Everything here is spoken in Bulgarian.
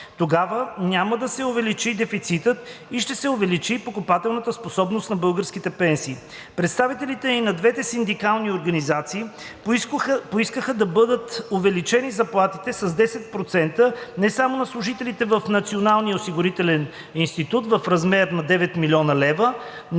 Тогава няма да се увеличи дефицитът и ще се увеличи покупателната способност на българските пенсии. Представителите и на двете синдикални организации поискаха да бъдат увеличени заплатите с 10% не само на служителите в Националния осигурителен институт в размер на 9 млн. лв., но и на всички